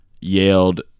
Yelled